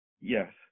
Yes